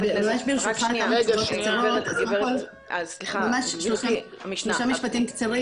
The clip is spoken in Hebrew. ברשותך, ממש שלושה משפטים קצרים